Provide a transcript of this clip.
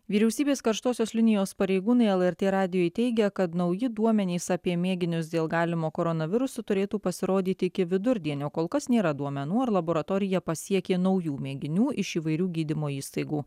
vyriausybės karštosios linijos pareigūnai lrt radijui teigia kad nauji duomenys apie mėginius dėl galimo koronaviruso turėtų pasirodyti iki vidurdienio kol kas nėra duomenų ar laboratoriją pasiekė naujų mėginių iš įvairių gydymo įstaigų